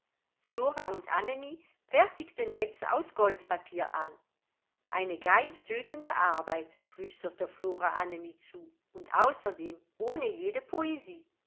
flora und annemie fertigten netze aus goldpapier an eine geisttötende arbeit flüsterte flora annemie zu und außerdem ohne jede poesie